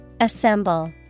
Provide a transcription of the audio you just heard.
Assemble